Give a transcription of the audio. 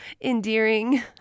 endearing